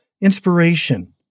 inspiration